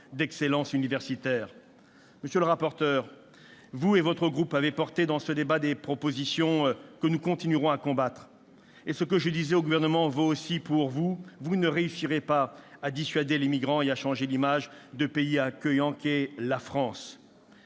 d'excellence universitaire. Monsieur le rapporteur, vous et votre groupe avez porté dans ce débat des propositions que nous continuerons à combattre. Et ce que je disais au Gouvernement vaut aussi pour vous : vous ne réussirez pas à dissuader les migrants et à changer l'image de pays accueillant qu'est la France.